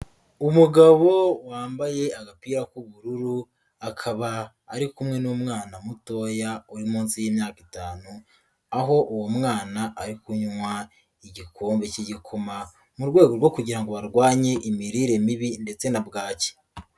Umugabo wambaye agapira k'ubururu, akaba ari kumwe n'umwana mutoya uri munsi y'imyaka itanu, aho uwo mwana ari kunywa igikombe cy'igikoma mu rwego rwo kugira ngo barwanye imirire mibi ndetse na bwaki.